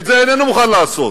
את זה הוא איננו מוכן לעשות.